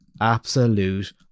absolute